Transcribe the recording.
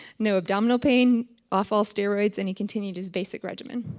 no abdominal pain, awful steroids and he continue this basic regimen.